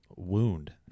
Wound